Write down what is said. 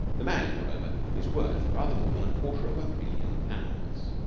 the man, moreover, is worth rather more than a quarter of a million pounds.